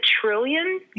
trillion